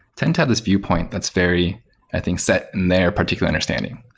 tend to have this viewpoint that's very i think set in their particular understanding.